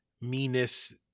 meanness